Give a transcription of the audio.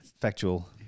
factual